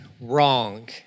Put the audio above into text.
wrong